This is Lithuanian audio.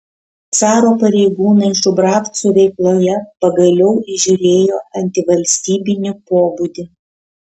caro pareigūnai šubravcų veikloje pagaliau įžiūrėjo antivalstybinį pobūdį